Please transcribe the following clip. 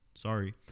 sorry